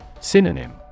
Synonym